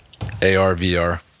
ARVR